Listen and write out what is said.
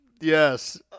Yes